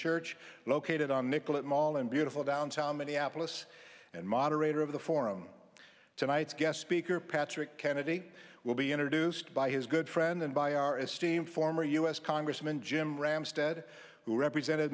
church located on nicollet mall in beautiful downtown minneapolis and moderator of the forum tonight's guest speaker patrick kennedy will be introduced by his good friend and by our esteemed former u s congressman jim ramstad who represented